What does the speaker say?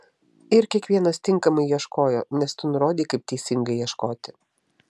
ir kiekvienas tinkamai ieškojo nes tu nurodei kaip teisingai ieškoti